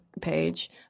page